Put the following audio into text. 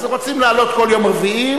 אז רוצים להעלות כל יום רביעי?